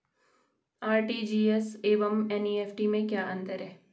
RTGS एवं NEFT में क्या अंतर है?